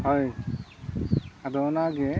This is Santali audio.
ᱦᱳᱭ ᱟᱫᱚ ᱚᱱᱟᱜᱮ